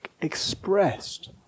expressed